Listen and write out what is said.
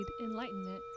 enlightenment